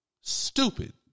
Stupid